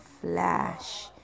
flash